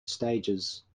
stages